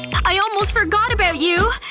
i almost forgot about you!